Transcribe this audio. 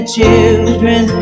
children